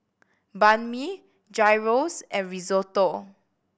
Banh Mi Gyros and Risotto